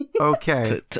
Okay